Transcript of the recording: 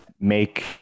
make